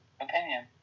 opinion